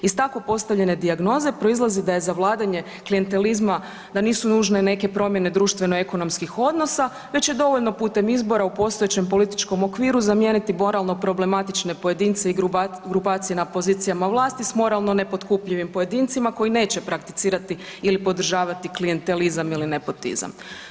Iz tako postavljene dijagnoze proizlazi da je za vladanje klijentelizma, da nisu nužne neke promjene društveno ekonomskih odnosa već je dovoljno putem izbora u postojećem političkom okviru zamijeniti moralno problematične pojedince i grupacije na pozicijama vlasti s moralno nepotkupljivim pojedincima koji neće prakticirati ili podržavati klijentelizam ili nepotizam.